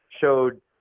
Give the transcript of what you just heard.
showed